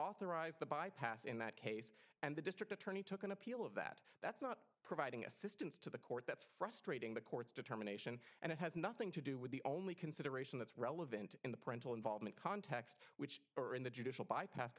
authorized the bypass in that case and the district attorney took an appeal of that that's not providing assistance to the court that's frustrating the courts determination and it has nothing to do with the only consideration that's relevant in the parental involvement context which are in the judicial bypass